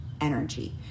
energy